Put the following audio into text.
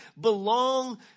belong